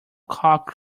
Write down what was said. cock